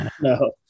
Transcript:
no